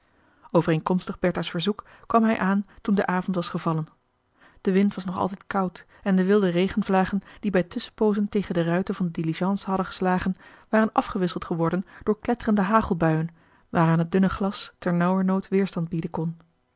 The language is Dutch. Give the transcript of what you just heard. geheugen overeenkomstig bertha's verzoek kwam hij aan toen de avond was gevallen de wind was nog altijd koud en de wilde regenvlagen die bij tusschenpoozen tegen de ruiten van de diligence hadden geslagen waren afgewisseld geworden door kletterende hagelbuien waaraan het dunne glas ternauwernood weerstand bieden kon